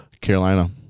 Carolina